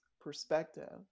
perspective